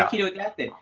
keto-adapted.